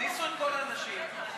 אדוני ראש הממשלה,